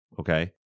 okay